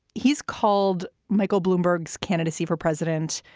he's called michael bloomberg's candidacy for president.